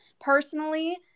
personally